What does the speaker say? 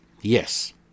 yes